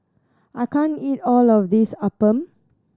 I can't eat all of this appam